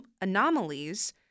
anomalies